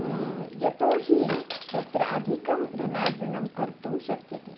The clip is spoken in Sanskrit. यतोहि तत्र अधिकं धनार्जनं कर्तुं शक्यते